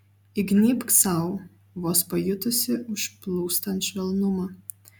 įgnybk sau vos pajutusi užplūstant švelnumą